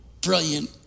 brilliant